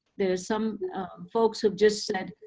there are some folks who've just said,